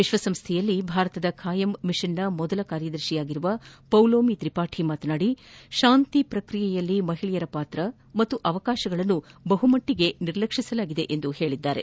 ವಿಶ್ವಸಂಸ್ಥೆಯಲ್ಲಿನ ಭಾರತದ ಖಾಯಂ ಮಿಷನ್ನ ಮೊದಲ ಕಾರ್ಯದರ್ಶಿ ಪೌಲೋಮಿ ತ್ರಿಪಾಠಿ ಮಾತನಾಡಿ ಶಾಂತಿ ಪ್ರಕ್ರಿಯೆಯಲ್ಲಿ ಮಹಿಳೆಯರ ಪಾತ್ರ ಹಾಗೂ ಅವಕಾಶಗಳನ್ನು ಬಹುಮಟ್ಲಗೆ ನಿರ್ಲಕ್ಷಿಸಲಾಗಿದೆ ಎಂದಿದ್ದಾರೆ